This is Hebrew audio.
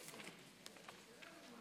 שלוש דקות,